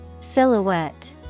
Silhouette